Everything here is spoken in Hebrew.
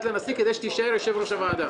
לנשיא כדי שתישאר יושב-ראש הוועדה.